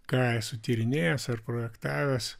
ką esu tyrinėjęs ar projektavęs